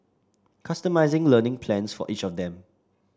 customising learning plans for each of them